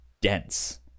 dense